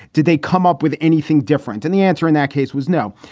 did they come up with anything different? and the answer in that case was no.